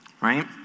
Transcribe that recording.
Right